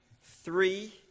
three